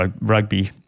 rugby